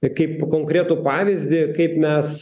kaip konkretų pavyzdį kaip mes